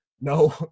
No